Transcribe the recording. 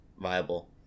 viable